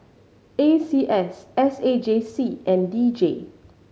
A C S S A J C and D J